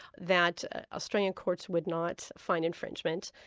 that australian courts would not find infringement.